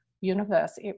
universe